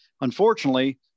Unfortunately